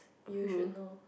you should know